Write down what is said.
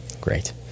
great